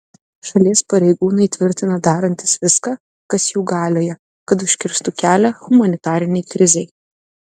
šalies pareigūnai tvirtina darantys viską kas jų galioje kad užkirstų kelią humanitarinei krizei